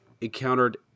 encountered